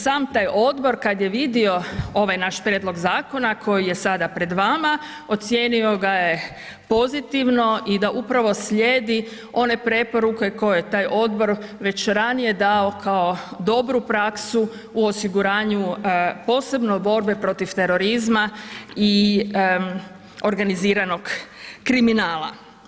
Sam taj odbor kad je vidio ovaj naš prijedlog zakona koji je sada pred vama, ocijenio ga je pozitivno i da upravo slijedi one preporuke koje je taj odbor već ranije dao kao dobru praksu u osiguranju posebno borbe protiv terorizma i organiziranog kriminala.